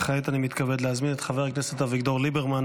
כעת אני מתכבד להזמין את חבר הכנסת אביגדור ליברמן